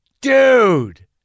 Dude